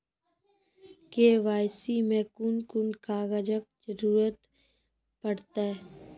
KYC मे कून कून कागजक जरूरत परतै?